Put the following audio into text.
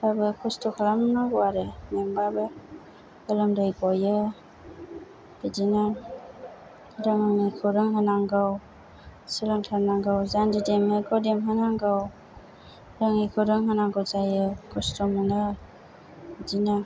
खस्त' खालामनांगौ आरो मेंबाबो गोलोमदै गयो बिदिनो रोङैखौ रोंहोनांगौ सोलोंथारनांगौ जान्जि देमैखौ देमहोनांगौ रोङैखौ रोंहोनांगौ जायो खस्त' मोनो बिदिनो